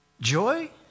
Joy